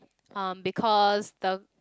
um because the